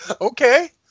Okay